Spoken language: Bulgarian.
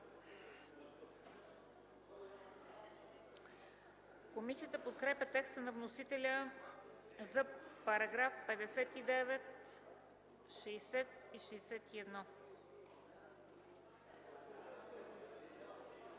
Комисията подкрепя текста на вносителя за параграфи 5, 6, 7,